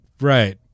right